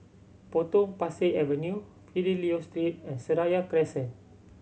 Potong Pasir Avenue Fidelio Street and Seraya Crescent